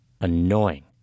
annoying